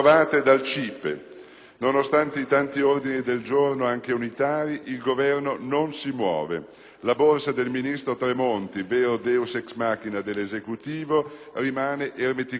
Nonostante i tanti ordini del giorno, anche unitari, il Governo non si muove. La borsa del ministro Tremonti, vero *deus ex machina* dell'Esecutivo, rimane ermeticamente chiusa.